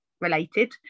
related